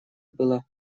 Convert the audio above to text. была